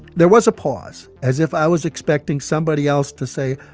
there was a pause, as if i was expecting somebody else to say,